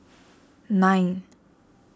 nine